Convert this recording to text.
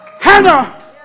Hannah